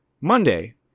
Monday